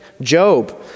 Job